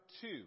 two